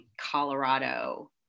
Colorado